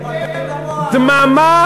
זה ממש שטויות במיץ.